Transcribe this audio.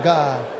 God